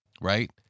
right